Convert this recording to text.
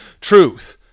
truth